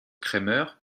kremer